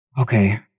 Okay